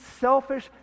selfish